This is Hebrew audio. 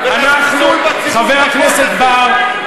חבר הכנסת בר,